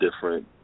different